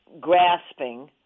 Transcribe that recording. grasping